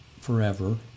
forever